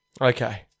okay